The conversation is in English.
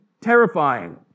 terrifying